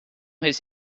his